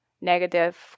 negative